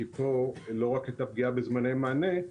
כי פה לא רק הייתה פגיעה בזמני מענה,